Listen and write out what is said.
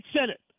senate